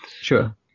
sure